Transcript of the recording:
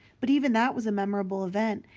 but even that was a memorable event,